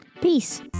Peace